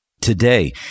Today